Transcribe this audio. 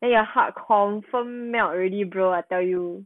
!aiya! heart confirm melt already bro I tell you